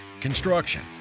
Construction